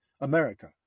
America